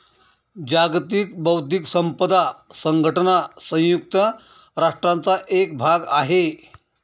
जागतिक बौद्धिक संपदा संघटना संयुक्त राष्ट्रांचा एक भाग आहे